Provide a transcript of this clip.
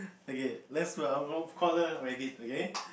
okay let's I'm gonna call her Rabbit okay